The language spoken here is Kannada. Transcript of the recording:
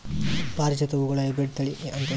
ಪಾರಿಜಾತ ಹೂವುಗಳ ಹೈಬ್ರಿಡ್ ಥಳಿ ಐತೇನು?